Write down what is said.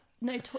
no